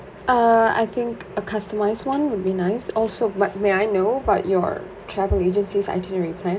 uh I think a customised [one] would be nice also but may I know about your travel agency's itinerary plan